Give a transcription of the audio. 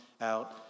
out